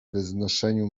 znoszeniu